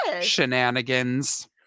shenanigans